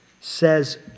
says